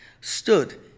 stood